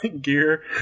gear